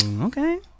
okay